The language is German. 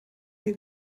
wir